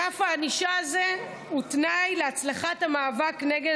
רף הענישה הזה הוא תנאי להצלחת המאבק נגד